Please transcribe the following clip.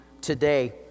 today